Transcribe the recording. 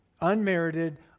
unmerited